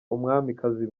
umwamikazi